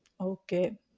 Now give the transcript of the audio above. Okay